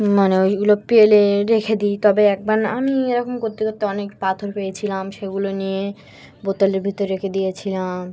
মানে ওইগুলো পেলে রেখে দিই তবে একবার না আমি এরকম করতে করতে অনেক পাথর পেয়েছিলাম সেগুলো নিয়ে বোতলের ভিতরে রেখে দিয়েছিলাম